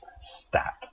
stat